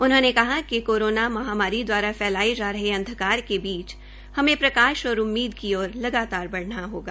उन्होंने कहा कि कोरोना महामारी दवारा फैलाये जा रहे अंधकार के बीच हमें प्रकाश और उम्मीद की ओर लगातार बढ़ना होगा